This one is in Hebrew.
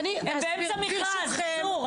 הם באמצע מכרז, אסור.